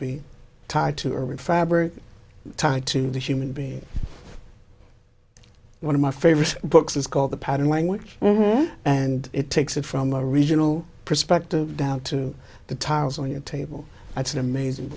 be tied to urban fabric tied to the human being one of my favorite books is called the pattern language and it takes it from a regional perspective down to the tiles on your table i did amazing